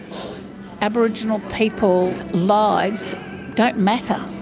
aboriginal people's lives don't matter.